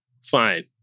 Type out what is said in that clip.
fine